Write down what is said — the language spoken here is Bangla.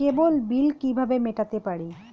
কেবল বিল কিভাবে মেটাতে পারি?